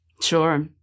sure